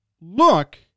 Look